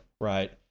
right